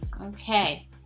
Okay